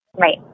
right